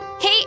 Hey